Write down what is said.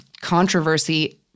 controversy